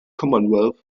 commonwealth